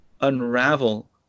unravel